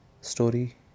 story